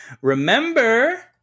Remember